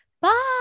Bye